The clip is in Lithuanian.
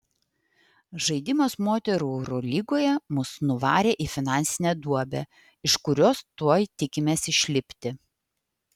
žaidimas moterų eurolygoje mus nuvarė į finansinę duobę iš kurios tuoj tikimės išlipti